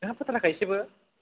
नोंहा फोथाराखै एसेबो